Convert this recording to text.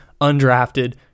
undrafted